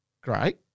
great